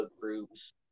groups